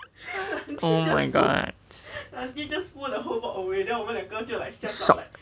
oh my god shock